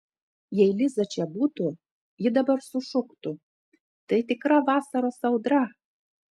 jei liza čia būtų ji dabar sušuktų tai tikra vasaros audra